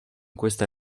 questa